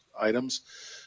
items